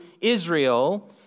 Israel